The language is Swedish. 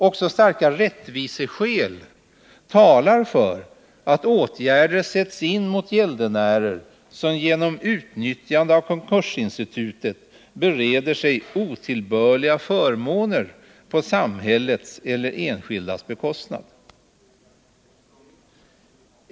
Också starka rättviseskäl talar för att åtgärder sätts in mot gäldenärer, som genom utnyttjande av konkursinstitutet bereder sig otillbörliga förmåner på samhällets eller enskildas bekostnad.